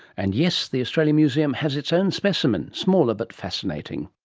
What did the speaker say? and yes, the australian museum has its own specimen, smaller but fascinating